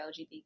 LGBT